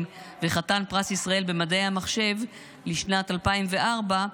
וחתן פרס ישראל במדעי המחשב לשנת 2004,